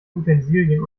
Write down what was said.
utensilien